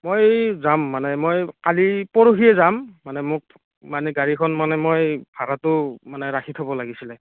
মই যাম মানে মই কালি পৰহিয়ে যাম মানে মোক মানে গাড়ীখন মানে মই ভাড়াটো মানে ৰাখি থ'ব লাগিছিলে